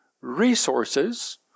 resources